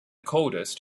coldest